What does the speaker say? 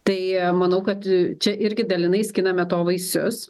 tai manau kad čia irgi dalinai skiname to vaisius